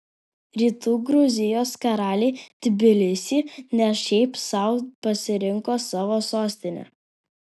rytų gruzijos karaliai tbilisį ne šiaip sau pasirinko savo sostine